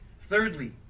Thirdly